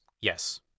Yes